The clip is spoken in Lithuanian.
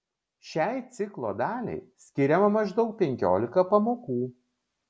šiai ciklo daliai skiriama maždaug penkiolika pamokų